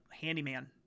handyman